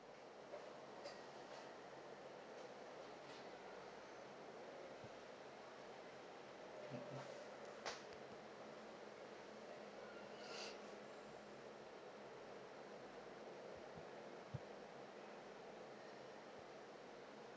mmhmm